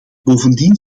bovendien